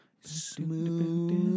smooth